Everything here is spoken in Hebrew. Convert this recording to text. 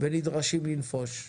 ונדרשים לנפוש כאן?